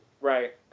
Right